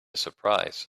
surprise